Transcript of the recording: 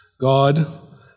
God